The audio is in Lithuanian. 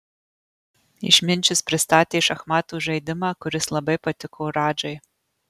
išminčius pristatė šachmatų žaidimą kuris labai patiko radžai